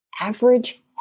average